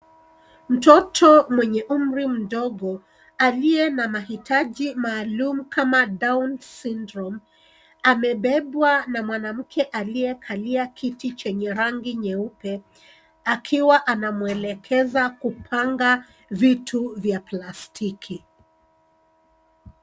Mtoto mwenye umri mdogo aliye na mahitaji maalum kama down syndrome amebebwa na mwanamke aliyekalia kiti chenye rangi nyeupe akiwa anamwelekeza kupanga vitu vya plastiki.